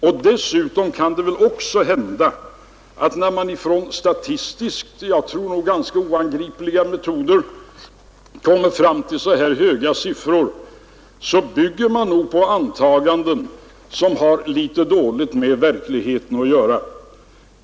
Vidare kan det väl också hända att när man med statistiska — som jag tror ganska oangripliga — metoder kommer fram till så här höga siffror, bygger man på antaganden som har litet dåligt med verkligheten att göra.